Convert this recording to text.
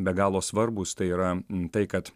be galo svarbūs tai yra tai kad